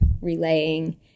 relaying